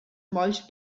molls